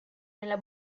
nella